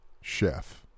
chef